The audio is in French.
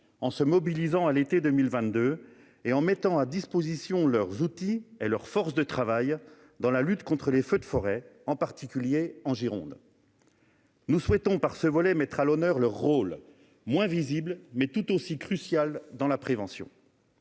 en se mobilisant à l'été 2022, mettant à disposition leurs outils et leur force de travail dans la lutte contre les feux de forêt, en particulier en Gironde. Nous souhaitons, au travers de ce volet, les mettre à l'honneur : leur rôle, moins visible que celui d'autres acteurs, est tout aussi crucial dans la prévention.